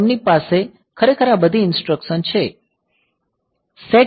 તેમની પાસે ખરેખર આ બધી ઇન્સ્ટ્રક્સન છે SETB P1